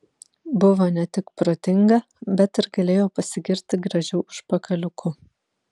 buvo ne tik protinga bet ir galėjo pasigirti gražiu užpakaliuku